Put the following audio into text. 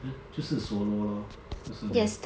!huh! 就是 solo lor 不是 meh